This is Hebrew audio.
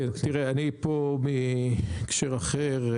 אני פה מהקשר אחר,